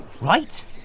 Right